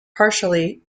partially